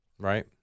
Right